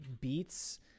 beats